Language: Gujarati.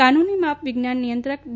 કાનુની માપ વિજ્ઞાન નિયંત્રક ડી